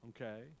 okay